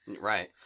Right